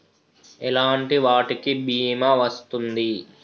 ఎలాంటి వాటికి బీమా వస్తుంది?